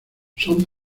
son